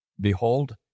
Behold